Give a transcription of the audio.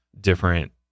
different